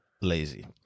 lazy